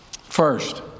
First